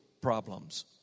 problems